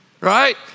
Right